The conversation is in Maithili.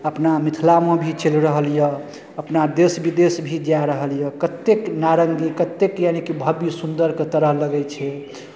अपना मिथिलामे भी चलि रहल यए अपना देश विदेश भी जा रहल यए कतेक नारंगी कतेक यानि कि भव्य सुन्दरके तरह लगै छै